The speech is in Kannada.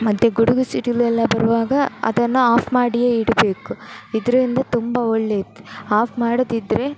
ಮತ್ತೆ ಗುಡುಗು ಸಿಡಿಲು ಎಲ್ಲ ಬರುವಾಗ ಅದನ್ನು ಆಫ್ ಮಾಡಿಯೇ ಇಡಬೇಕು ಇದರಿಂದ ತುಂಬ ಒಳ್ಳೆ ಇತ್ತು ಆಫ್ ಮಾಡೋದು ಇದ್ದರೆ